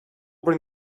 bring